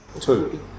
Two